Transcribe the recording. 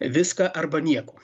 viską arba nieko